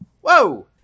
whoa